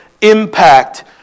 impact